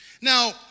Now